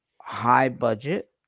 high-budget